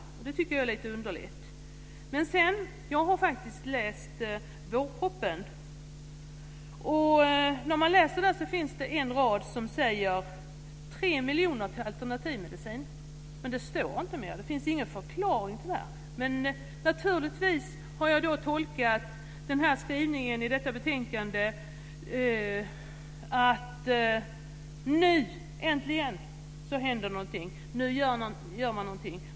Det tycker jag är lite underligt. Men jag har faktiskt läst vårpropositionen. När man läser den finner man en rad som säger: 3 miljoner till alternativmedicin. Men det står inte mer. Det finns ingen förklaring. Men naturligtvis har jag tolkat den skrivningen i detta betänkande som att nu äntligen händer någonting, nu gör man någonting.